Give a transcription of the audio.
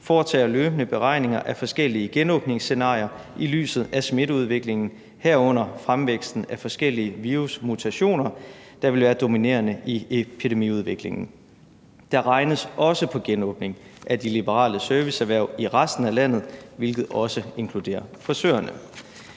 foretager løbende beregninger af forskellige genåbningsscenarier i lyset af smitteudviklingen, herunder fremvæksten af forskellige virusmutationer, der vil være dominerende i epidemiudviklingen. Der regnes også på genåbning af de liberale serviceerhverv i resten af landet, hvilket også inkluderer frisørerne.